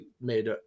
made